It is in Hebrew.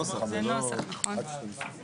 אנחנו צריכים להסביר, ואחר כך נקריא.